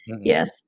yes